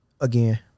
Again